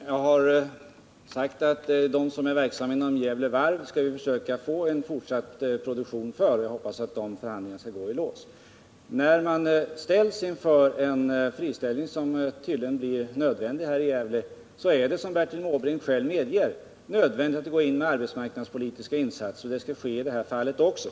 Herr talman! Jag har sagt att vi skall försöka få till stånd en fortsatt produktion för dem som är verksamma inom Gävle Varv. Jag hoppas att förhandlingarna skall gå i lås. När man ställs inför en friställning — som tydligen blir nödvändig i Gävle — är det, som Bertil Måbrink också medger, nödvändigt att göra arbetsmarknadspolitiska insatser. Och det skall ske också i detta fall.